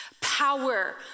Power